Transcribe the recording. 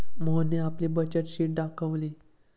मोहनने आपली बचत शीट दाखवली